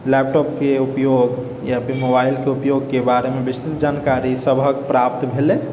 लैपटॉपके उपयोग या फेर मोबाइलके उपयोगके बारेमे विस्तृत जानकारी सबके प्राप्त भेलै